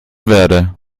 werde